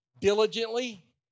diligently